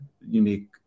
unique